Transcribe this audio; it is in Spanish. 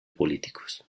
políticos